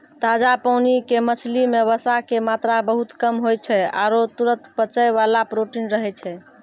ताजा पानी के मछली मॅ वसा के मात्रा बहुत कम होय छै आरो तुरत पचै वाला प्रोटीन रहै छै